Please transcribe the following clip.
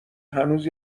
هنوز